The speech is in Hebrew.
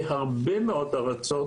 בהרבה מאוד ארצות,